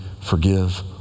forgive